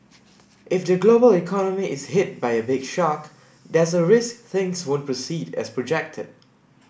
if the global economy is hit by a big shock there's a risk things won't proceed as projected